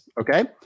Okay